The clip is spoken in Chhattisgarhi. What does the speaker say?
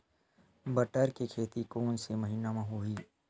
बटर के खेती कोन से महिना म होही?